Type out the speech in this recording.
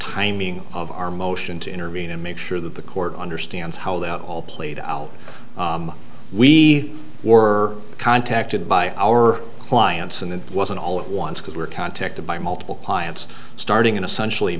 timing of our motion to intervene and make sure that the court understands how that all played out we were contacted by our clients and it wasn't all at once because we were contacted by multiple clients starting in essential